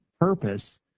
purpose